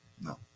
no